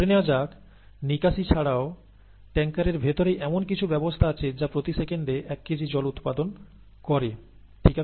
ধরে নেওয়া যাক নিকাশি ছাড়াও ট্যাংকের ভেতরেই এমন কিছু ব্যবস্থা আছে যা প্রতি সেকেন্ডে 1 কেজি জল উৎপাদন করে ঠিক আছে